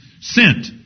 sent